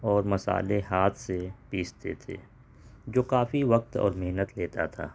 اور مسالے ہاتھ سے پیستے تھے جو کافی وقت اور محنت لیتا تھا